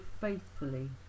faithfully